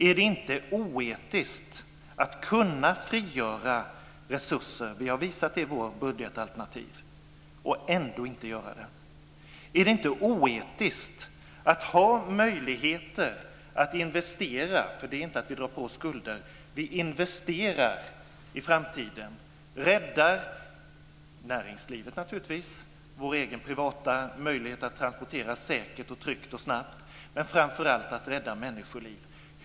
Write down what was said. Är det inte oetiskt att kunna frigöra resurser - vi har visat det i vårt budgetalternativ - och ändå inte göra det? Är det inte oetiskt att ha möjlighet att investera - det är inte att dra på oss skulder - i framtiden och rädda näringslivet, naturligtvis, men också vår egen privata möjlighet att transporteras säkert, tryggt och snabbt och framför allt människoliv och inte göra det?